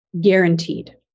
guaranteed